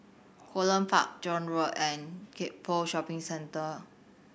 Holland Park John Road and Gek Poh Shopping Centre